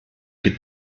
could